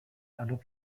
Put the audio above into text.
alors